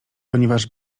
ponieważ